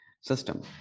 system